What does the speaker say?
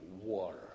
water